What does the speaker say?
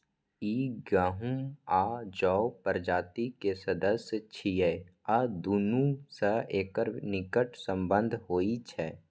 ई गहूम आ जौ प्रजाति के सदस्य छियै आ दुनू सं एकर निकट संबंध होइ छै